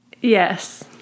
Yes